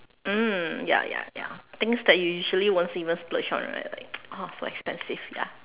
mm ya ya ya things that you usually won't see even splurge on right like ah so expensive ya